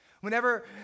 Whenever